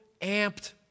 amped